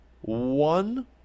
one